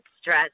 stress